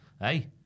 Hey